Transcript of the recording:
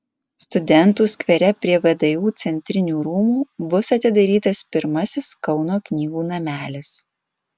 studentų skvere prie vdu centrinių rūmų bus atidarytas pirmasis kauno knygų namelis